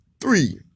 three